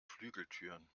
flügeltüren